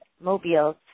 mobiles